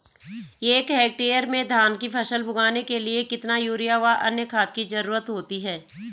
एक हेक्टेयर में धान की फसल उगाने के लिए कितना यूरिया व अन्य खाद की जरूरत होती है?